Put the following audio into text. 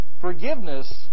Forgiveness